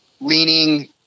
leaning